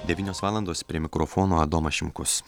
devynios valandos prie mikrofono adomas šimkus